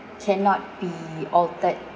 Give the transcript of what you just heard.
cannot be altered